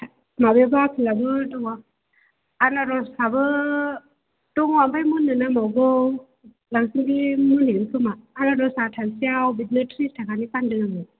माबायाबो आपेलाबो दङ आनार'सफ्राबो दङ ओमफ्राय मोननो नांबावगौ लांसानदि मोनहैगोन खोमा आनारसा थाइसेआव बिदिनो थ्रिस थाखानि फानदों आङो